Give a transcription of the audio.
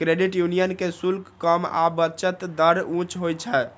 credit union के शुल्क कम आ बचत दर उच्च होइ छै